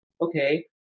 okay